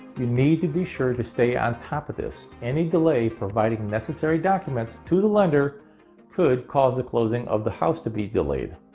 you need to be sure to stay on top of this. any delay providing necessary documents to the lender could cause the closing of the house to be delayed.